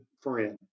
friend